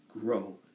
grow